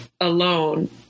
alone